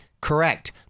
correct